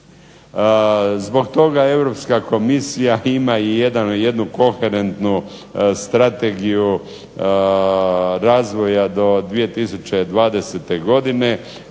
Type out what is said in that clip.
Zbog toga Europska Komisija ima i jednu koherentnu strategiju razvoja do 2020. godine,